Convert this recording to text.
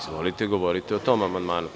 Izvolite, govorite o tom amandmanu.